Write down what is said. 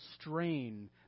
strain